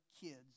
kids